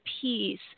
peace